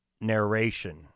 narration